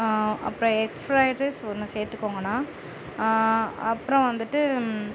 அப்புறம் egg fried rice ஒன்று சேர்த்துக்கோங்கணா அப்புறம் வந்துட்டு